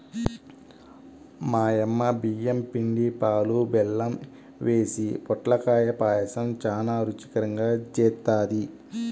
మా యమ్మ బియ్యం పిండి, పాలు, బెల్లం యేసి పొట్లకాయ పాయసం చానా రుచికరంగా జేత్తది